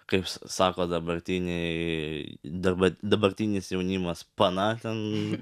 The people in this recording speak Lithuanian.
kaip sako dabartiniai daba dabartinis jaunimas pana ten